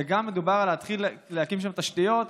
וגם מדובר על להתחיל להקים שם תשתיות.